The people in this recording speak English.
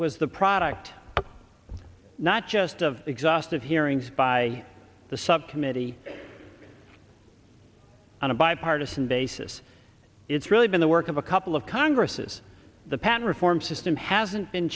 was the product not just of exhaustive hearings by the subcommittee on a bipartisan basis it's really been the work of a couple of congresses the patent reform system hasn't been